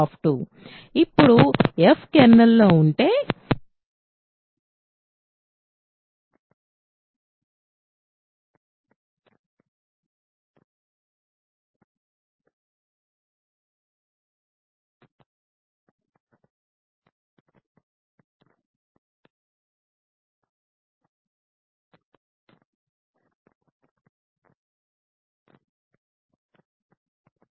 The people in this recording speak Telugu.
కాబట్టి వాస్తవానికి నేను దీన్ని ఇలా వ్రాస్తాను f 0 అయితే మాత్రమే f అనేది కెర్నల్లో ఉంటుంది మరియు ఎందుకంటే అది కెర్నల్ యొక్క నిర్వచనం f కెర్నల్లో ఉంటే మరియు f 0